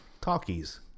talkies